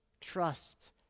Trust